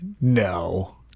No